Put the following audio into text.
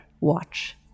watch